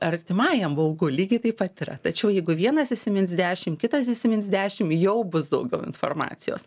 artimajam baugu lygiai taip pat yra tačiau jeigu vienas įsimins dešim kitas įsimins dešim jau bus daugiau informacijos